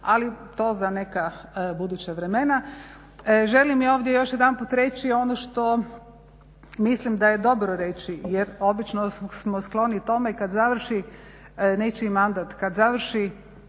Ali to za neka buduća vremena. Želim ovdje još jedanput reći ono što mislim da je dobro reći, jer obično smo skloni tome kad završi nečiji mandat, kad završi